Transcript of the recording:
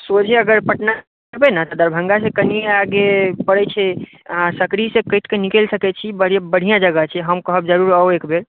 सोझे अगर पटना उतरबै ने तऽ दरभंगा सॅं कनिये आगे परै छै अहाँ सकरी सॅं कटि कय निकलि सकै छी बढिऑं जगह छै हम कहब जरुर आउ एकबेर